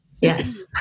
Yes